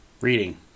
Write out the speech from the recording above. reading